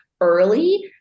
early